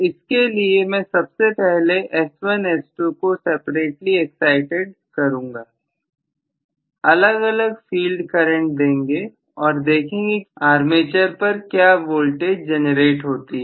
इसके लिए मैं सबसे पहले S1 S2 को सेपरेटली एक्साइटिड करूंगा अलग अलग फील्ड करंट देंगे और देखेंगे कि आर्मेचर पर क्या वोल्टेज जनरेट होती है